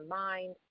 mind